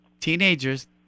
teenagers